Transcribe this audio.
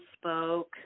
spoke